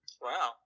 Wow